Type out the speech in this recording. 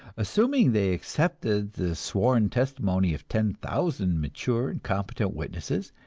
assuming they accepted the sworn testimony of ten thousand mature and competent witnesses,